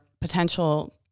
potential